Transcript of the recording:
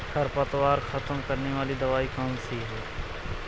खरपतवार खत्म करने वाली दवाई कौन सी है?